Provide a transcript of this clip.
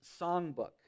songbook